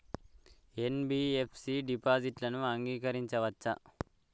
NBFC డిపాజిట్లను అంగీకరించవచ్చా?